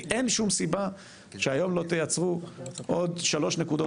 כי אין שום סיבה שהיום לא תייצרו עוד שלוש נקודות